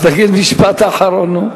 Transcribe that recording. אז תגיד משפט אחרון.